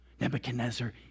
Nebuchadnezzar